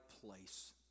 place